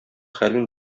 хәлен